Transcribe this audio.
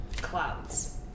Clouds